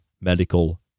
medical